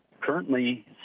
currently